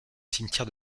cimetière